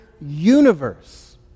universe